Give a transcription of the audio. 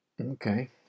Okay